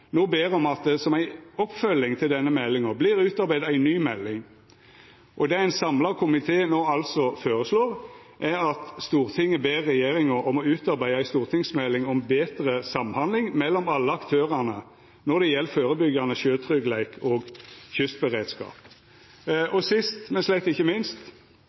no ber om at det som ei oppfølging av denne meldinga vert utarbeidd ei ny melding. Det ein samla komité no altså føreslår, er: «Stortinget ber regjeringa om å utarbeida ei stortingsmelding om betre samhandling mellom alle aktørane når det gjeld førebyggande sjøtryggleik og kystberedskap.» Og sist, men slett ikkje minst,